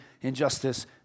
injustice